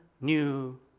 new